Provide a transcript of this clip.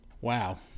Wow